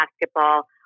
basketball